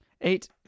Eight